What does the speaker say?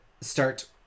start